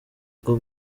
rwo